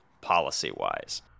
policy-wise